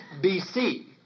BC